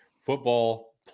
football